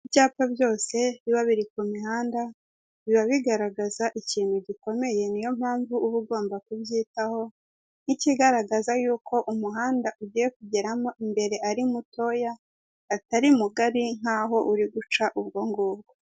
Ibyapa byose biba biri ku mihanda biba bigaragaza ikintu gikomeye niyo mpamvu uba ugomba kubyitaho, n'ikigaragaza yuko umuhanda ugiye kugeramo imbere ari mutoya, atari mugari nk'aho uri guca ubwo ngubwo.